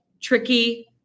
tricky